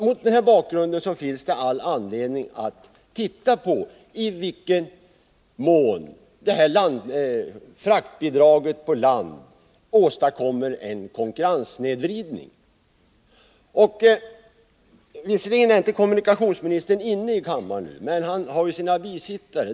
Mot den bakgrunden finns det all anledning att se på i vilken mån fraktbidragen på land åstadkommer en konkurrenssnedvridning. Visserligen är kommunikationsministern inte inne i kammaren nu, men han har ju sina bisittare.